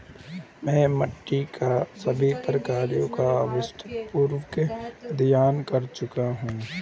मैं मिट्टी के सभी प्रकारों का विस्तारपूर्वक अध्ययन कर चुका हूं